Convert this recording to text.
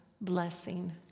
blessing